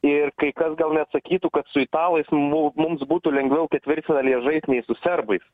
ir kai kas gal net sakytų kad su italais mu mums būtų lengviau ketvirtfinalyje žaist nei su serbais